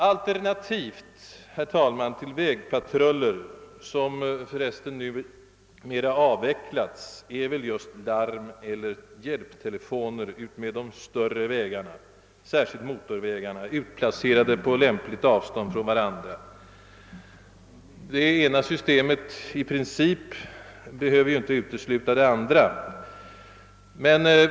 Alternativet, herr talman, till vägpatruller — vilka för resten numera avvecklats — är just larmeller hjälptelefoner utmed de större vägarna, särskilt motorvägarna, utplacerade på lämpligt avstånd från varandra. Det ena systemet behöver i praktiken inte utesluta det andra.